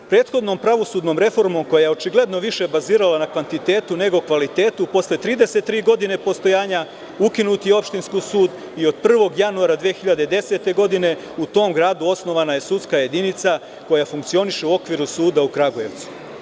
Prethodnom pravosudnom reformom koja se očigledno više bazirala na kvantitetu nego na kvalitetu, posle 33 godine postojanja ukinut je Opštinski sud i od 1. januara 2010. godine u tom gradu je osnovana sudska jedinica koja funkcioniše u okviru suda u Kragujevcu.